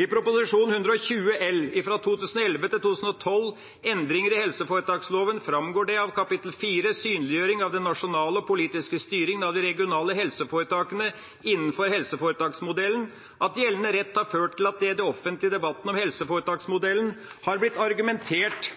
I Prop. 120 L for 2011–2012, Endringer i helseforetaksloven, framgår det av kapittel 4, Synliggjøring av den nasjonale og politiske styringen av de regionale helseforetakene innenfor helseforetaksmodellen, at gjeldende rett har ført til at det i den offentlige debatten om helseforetaksmodellen har blitt argumentert